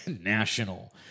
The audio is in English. national